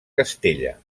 castella